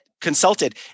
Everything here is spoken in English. Consulted